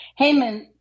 Heyman